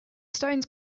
stones